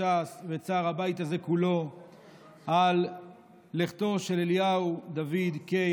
ש"ס ואת צער הבית הזה כולו על לכתו של אליהו דוד קיי,